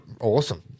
awesome